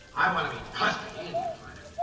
i want to meet custer, the indian fighter.